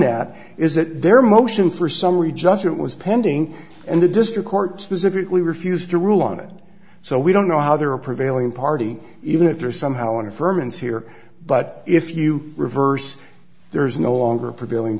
that is that their motion for summary judgment was pending and the district court specifically refused to rule on it so we don't know how they were prevailing party even if there is somehow an affirmative here but if you reverse there is no longer prevailing